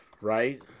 right